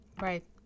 right